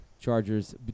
Chargers